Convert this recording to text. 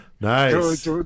nice